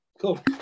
Cool